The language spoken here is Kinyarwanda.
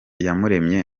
iyamuremye